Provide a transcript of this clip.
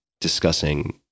discussing